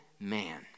man